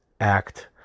act